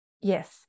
yes